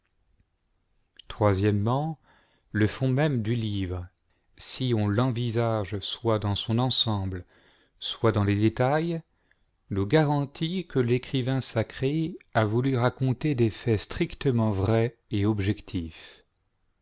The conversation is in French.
le fond même du livre si on l'envisage soit dans son ensemble soit dans les détails nous garantit que l'écrivain sacré a voulu raconter des faits strictement vrais et objectifs